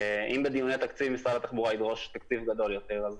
אם בדיוני התקציב משרד התחבורה ידרוש תקציב גדול יותר,